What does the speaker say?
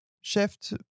shift